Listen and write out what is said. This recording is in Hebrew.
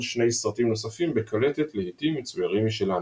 שני סרטים נוספים בקלטת "להיטים מצוירים משלנו",